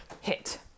hit